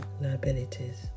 liabilities